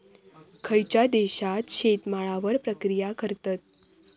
खयच्या देशात शेतमालावर प्रक्रिया करतत?